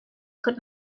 could